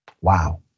Wow